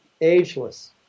ageless